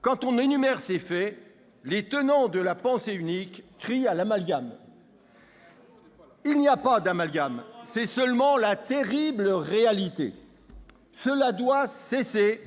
Quand on énumère ces faits, les tenants de la pensée unique crient à l'amalgame. Il n'y a pas d'amalgame, c'est seulement la terrible réalité. Cela doit cesser.